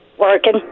Working